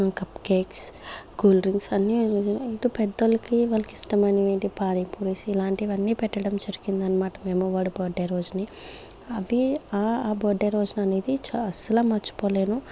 cup cakes cool drinks అన్ని ఇటు పెద్దవాళ్ళకి వాళ్ళకి ఇష్టమైనవి ఏంటి పానీ పూరి ఇలాంటివాన్ని పెట్టడం జరిగిందనమాట మేము వాడి బర్త్డే రోజుని అభి ఆ బర్త్డే రోజున అనేది అస్సలు మర్చిపోలేను